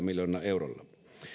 miljoonalla eurolla